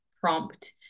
prompt